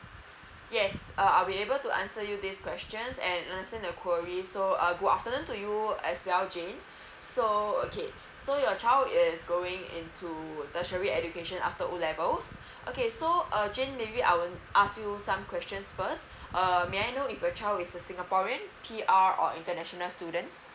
yes uh I'll be able to answer you these questions and understand the query so a good afternoon to you uh as well jane so okay so your child is going into tertiary education after O levels okay so uh jane maybe I would ask you some questions first uh may I know if your child is a singaporean P_R or international student